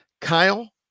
Kyle